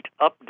update